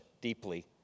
deeply